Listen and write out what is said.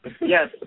Yes